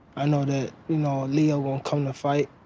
i know that, you know, leo will come to fight,